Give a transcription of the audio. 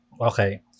Okay